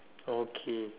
okay